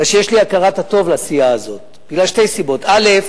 מפני שיש לי הכרת הטוב לסיעה הזאת משתי סיבות: א.